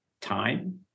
time